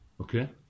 Okay